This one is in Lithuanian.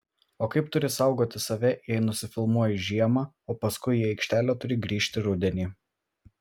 o kaip turi saugoti save jei nusifilmuoji žiemą o paskui į aikštelę turi grįžti rudenį